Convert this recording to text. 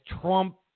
Trump